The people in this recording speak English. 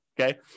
okay